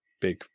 big